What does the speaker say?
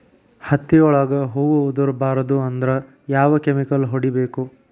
ಹತ್ತಿ ಒಳಗ ಹೂವು ಉದುರ್ ಬಾರದು ಅಂದ್ರ ಯಾವ ಕೆಮಿಕಲ್ ಹೊಡಿಬೇಕು?